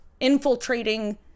infiltrating